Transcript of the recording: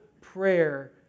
prayer